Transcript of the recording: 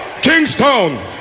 Kingstown